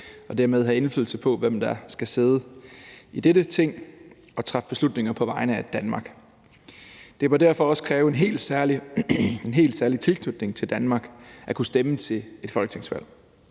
og dermed have indflydelse på, hvem der skal sidde i dette Ting og træffe beslutninger på vegne af Danmark. Det må derfor også kræve en helt særlig tilknytning til Danmark at kunne stemme til et folketingsvalg.